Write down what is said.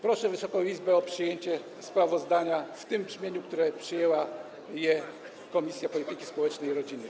Proszę Wysoką Izbę o przyjęcie sprawozdania w tym brzmieniu, które przyjęła Komisja Polityki Społecznej i Rodziny.